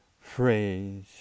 phrase